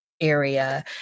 area